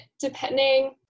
depending